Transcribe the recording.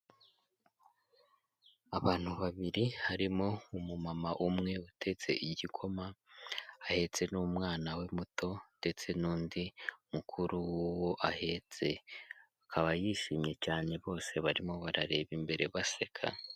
Abantu babiri harimo umumama umwe utetse igikoma ahetse n'umwana we muto ndetse n'undi mukuru ahetse, akaba yishimye cyane bose barimo barareba imbere baseka.